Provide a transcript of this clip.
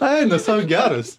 eina sau geras